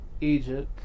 Egypt